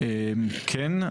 כן.